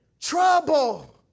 Trouble